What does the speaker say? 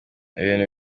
ibintu